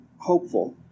hopeful